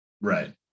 Right